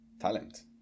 talent